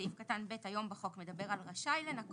שסעיף (ב) היום בחוק מדבר על רשאי לנכות,